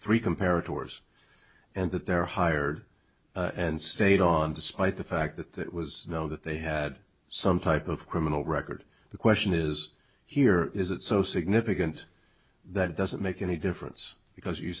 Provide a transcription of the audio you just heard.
three comparatives and that they're hired and stayed on despite the fact that that was no that they had some type of criminal record the question is here is it so significant that doesn't make any difference because you